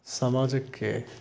ಸಮಾಜಕ್ಕೆ